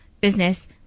business